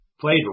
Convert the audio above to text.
played